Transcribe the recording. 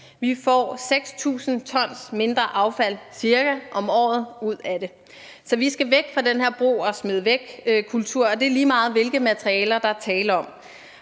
Vi får ca. 6.000 t mindre affald om året ud af det. Så vi skal væk fra den her brug og smid væk-kultur, og det er lige meget, hvilke materialer der er tale om.